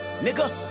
Nigga